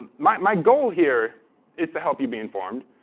and my my goal here is to help you be informed.